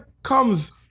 comes